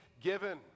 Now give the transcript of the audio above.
given